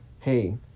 hey